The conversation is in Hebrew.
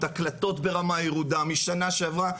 הקלטות ברמה ירודה משנה שעברה.